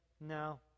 No